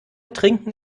trinken